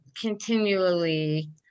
continually